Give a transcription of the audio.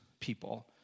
people